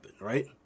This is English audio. right